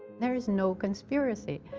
there is no conspiracy.